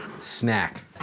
snack